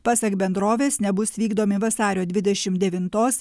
pasak bendrovės nebus vykdomi vasario dvidešimt devintos